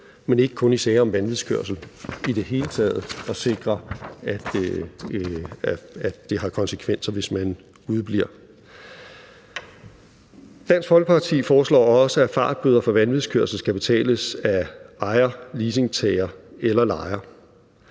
– ikke kun i sager om vanvidskørsel, men i det hele taget at sikre, at det har konsekvenser, hvis man udebliver. Dansk Folkeparti foreslår også, at fartbøder for vanvidskørsel skal betales af ejer, leasingtager eller lejer.